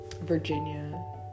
Virginia